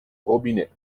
robinet